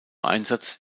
einsatz